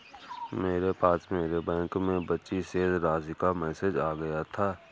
मेरे पास मेरे बैंक में बची शेष राशि का मेसेज आ गया था